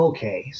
Okay